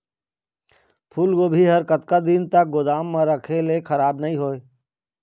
फूलगोभी हर कतका दिन तक गोदाम म रखे ले खराब नई होय?